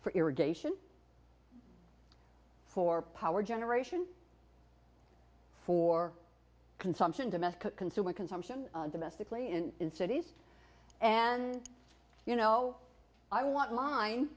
for irrigation for power generation for consumption domestic consumer consumption domestically and in cities and you know i want min